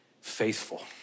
faithful